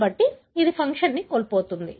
కాబట్టి అది ఫంక్షన్ కోల్పోతుంది